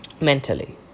mentally